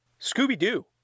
scooby-doo